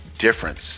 difference